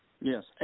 Yes